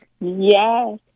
Yes